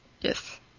Yes